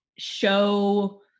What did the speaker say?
show